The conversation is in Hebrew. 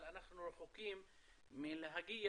אבל אנחנו רחוקים מלהגיע,